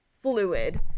fluid